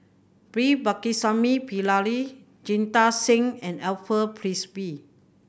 V Pakirisamy Pillai Jita Singh and Alfred Frisby